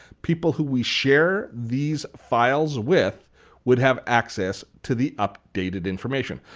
people who we share these files with would have access to the updated information.